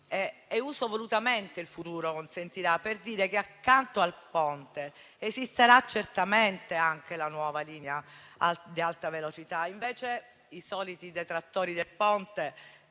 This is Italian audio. Uso volutamente il futuro ("consentirà"), per dire che, accanto al Ponte, esisterà certamente anche la nuova linea di alta velocità. Invece i soliti detrattori del Ponte